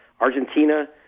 Argentina